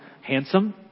handsome